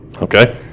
Okay